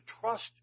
trust